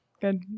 Good